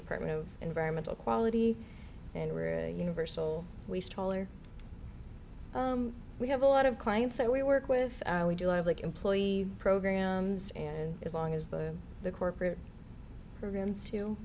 department of environmental quality and we're a universal we stroller we have a lot of clients that we work with we do have like employee programs and as long as the the corporate programs too